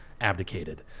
Abdicated